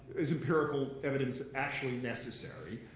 is empirical evidence actually necessary?